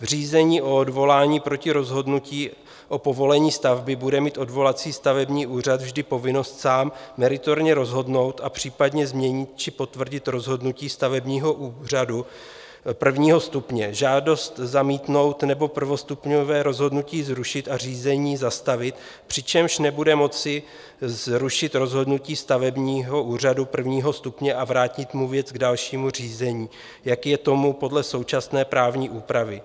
Řízení o odvolání proti rozhodnutí o povolení stavby bude mít odvolací stavební úřad vždy povinnost sám meritorně rozhodnout a případně změnit či potvrdit rozhodnutí stavebního úřadu prvního stupně, žádost zamítnout nebo prvostupňové rozhodnutí zrušit a řízení zastavit, přičemž nebude moci zrušit rozhodnutí stavebního úřadu prvního stupně a vrátit mu věc k dalšímu řízení, jak je tomu podle současné právní úpravy.